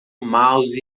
mouse